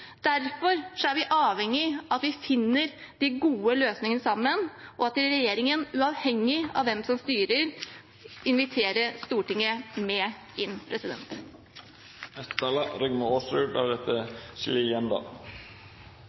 Derfor er vi avhengig av at vi finner de gode løsningene sammen, og at regjeringen, uavhengig av hvem som styrer, inviterer Stortinget med inn.